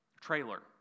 trailer